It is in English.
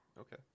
Okay